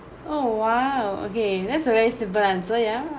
oh !wow! okay that's a very simple answer ya